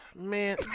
Man